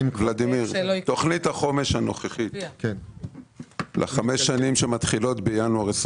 תכנית החומש הנוכחית לחמש שנים שמתחילות בינואר 23'